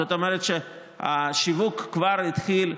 זאת אומרת, השיווק כבר התחיל.